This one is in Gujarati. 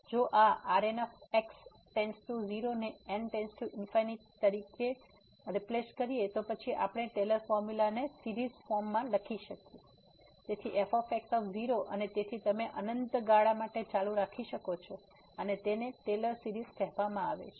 જો આ Rn→0 ને n →∞ તરીકે તો પછી આપણે ટેલર ફોર્મુલા ને સીરીઝ ફોર્મમાં લખી શકીએ તેથી f અને તેથી તમે અનંત ગાળા માટે ચાલુ રાખી શકો છો અને તેને ટેલર સીરીઝ કહેવામાં આવે છે